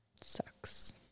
Sucks